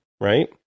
right